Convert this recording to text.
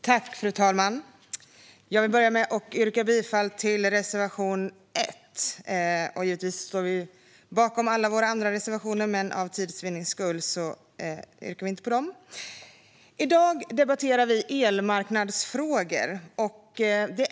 Fru talman! Jag vill börja med att yrka bifall till reservation 1. Givetvis står vi bakom alla våra andra reservationer, men för tids vinnande yrkar vi inte bifall till dem. I dag debatterar vi elmarknadsfrågor.